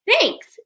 thanks